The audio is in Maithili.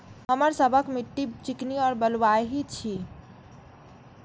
हमर सबक मिट्टी चिकनी और बलुयाही छी?